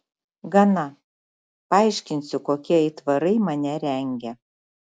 gana paaiškinsiu kokie aitvarai mane rengia